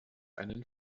einen